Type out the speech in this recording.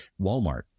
Walmart